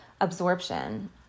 absorption